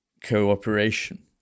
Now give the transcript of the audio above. cooperation